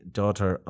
daughter